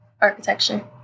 architecture